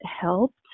helped